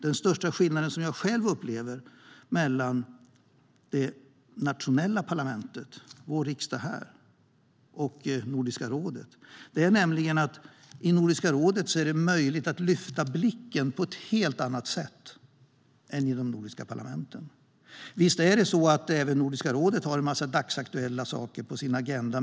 Den största skillnad som jag själv upplever mellan de nationella parlamenten - vår riksdag - och Nordiska rådet är nämligen att det i Nordiska rådet är möjligt att lyfta blicken på ett helt annat sätt än i de nordiska parlamenten. Visst har även Nordiska rådet en massa dagsaktuella saker på sin agenda.